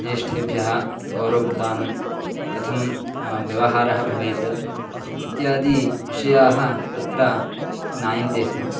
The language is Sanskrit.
ज्येष्ठेभ्यः गौरवप्रधानः कथं व्यवहारः भवेत् इत्यादिविषयाः तत्र ज्ञायन्ते स्म